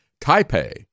Taipei